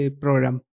Program